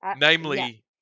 Namely